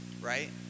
right